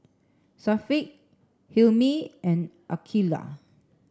Syafiq Hilmi and Aqilah